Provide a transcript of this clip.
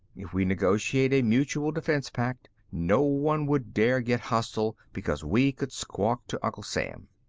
if we negotiate a mutual defense pact, no one would dare get hostile because we could squawk to uncle sam.